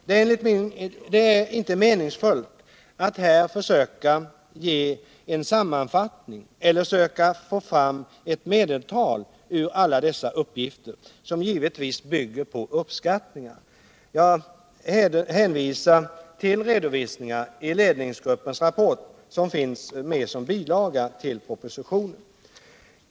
Det är inte meningsfullt att här söka ge en sammanfattning eller söka få fram ett medeltal ur alla dessa uppgifter, som givetvis bygger på uppskattningar. Jag hänvisar till redovisningarna i ledningsgruppens rapport, som finns med som bilaga till propositionen.